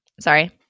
Sorry